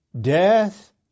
death